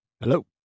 Hello